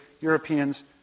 Europeans